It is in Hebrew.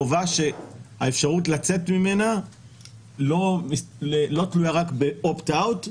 חובה שהאפשרות לצאת ממנה לא תלויה רק ב"אופט-אאוט"